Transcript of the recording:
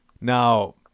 Now